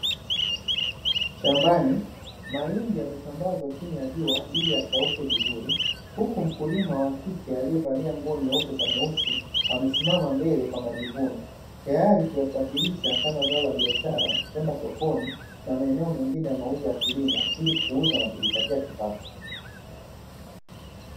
Shambani, mahindi yamesambazwa chini ya jua ili yakauke vizuri, huku mkulima wa kike aliyevaa nguo nyeupe kwa nyeusi amesimama mbele kwa majivuno. Tayari kuyasafirisha kama zao la biashara kwenda sokoni na maeneo mengine ya mauzo ya kilimo ili kuuza na kujipatia kipato.